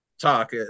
Talk